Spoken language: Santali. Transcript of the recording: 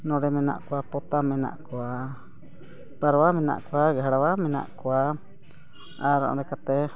ᱱᱚᱰᱮ ᱢᱮᱱᱟᱜ ᱠᱚᱣᱟ ᱯᱚᱛᱟᱢ ᱢᱮᱱᱟᱜ ᱠᱚᱣᱟ ᱯᱟᱨᱣᱟ ᱢᱮᱱᱟᱜ ᱠᱚᱣᱟ ᱜᱷᱮᱬᱣᱟ ᱢᱮᱱᱟᱜ ᱠᱚᱣᱟ ᱟᱨ ᱚᱱᱟ ᱠᱟᱛᱮᱫ